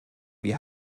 wir